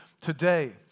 today